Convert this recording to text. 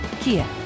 Kia